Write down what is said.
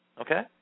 Okay